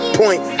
point